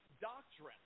doctrine